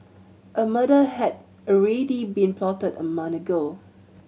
a murder had already been plotted a ago